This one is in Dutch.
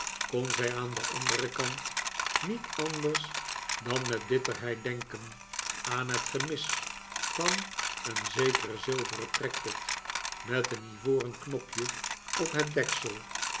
kon zij aan den anderen kant niet anders dan met bitterheid denken aan het gemis van een zekeren zilveren trekpot met een ivoren knopje op het deksel